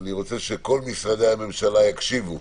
אני רוצה שכל משרדי הממשלה יקשיבו.